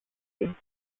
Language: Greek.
την